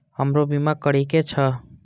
हमरो बीमा करीके छः?